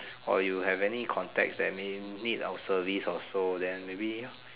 or you have any contacts that may need our service or so then maybe